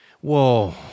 Whoa